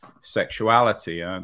sexuality